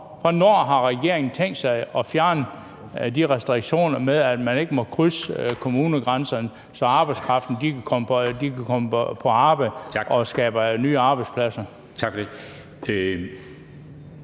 Hvornår har regeringen tænkt sig at fjerne de restriktioner med, at man ikke må krydse kommunegrænserne, så arbejdskraften kan komme på arbejde og skabe nye arbejdspladser? Kl.